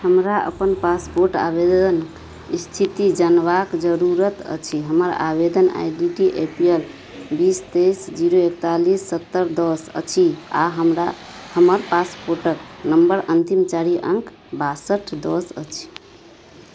हमरा अपन पासपोर्ट आवेदन इस्थिति जानबाक जरूरत अछि हमर आवेदन I D A P L बीस तेइस जीरो एकतालिस सत्तरि दस अछि आओर हमरा हमर पासपोर्टके नम्बर अन्तिम चारि अङ्क बासठि दस अछि